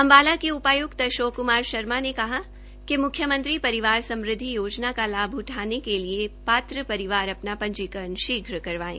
अम्बाला के उपाय्क्त अशोक क्मार शर्मा ने कहा है कि मुख्यमंत्री परिवार समृद्वि योजना का लाभ उठाने के लिए पात्र परिवार अपना पंजीकरण शीघ्र करवायें